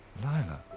Lila